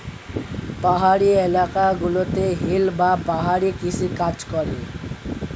পাহাড়ি এলাকা গুলোতে হিল বা পাহাড়ি কৃষি কাজ করা হয়